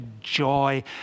joy